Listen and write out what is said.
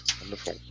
Wonderful